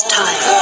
time